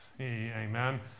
amen